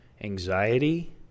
anxiety